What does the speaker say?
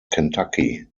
kentucky